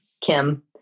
Kim